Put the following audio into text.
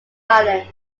islands